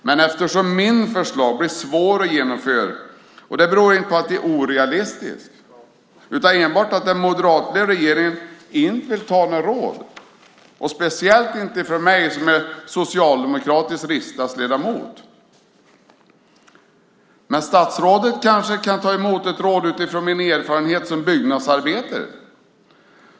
Mina förslag blir svåra att genomföra, och det beror inte på att de är orealistiska utan enbart på att den moderatledda regeringen inte vill ta några råd - speciellt inte från mig som är socialdemokratisk riksdagsledamot. Men statsrådet kanske kan ta emot råd utifrån min erfarenhet som byggnadsarbetare.